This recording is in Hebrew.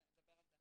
זה הדיון ה-12.